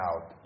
out